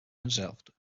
hetzelfde